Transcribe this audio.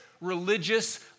religious